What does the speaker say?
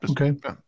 Okay